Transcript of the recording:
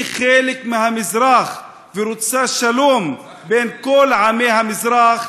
היא חלק מהמזרח ורוצה שלום בין כל עמי המזרח.